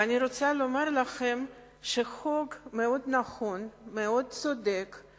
ואני רוצה לומר לכם שהחוק נכון מאוד, צודק מאוד.